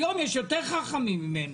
היום יש יותר חכמים ממנו.